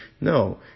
No